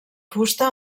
fusta